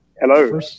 Hello